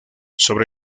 sobre